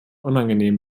unangenehm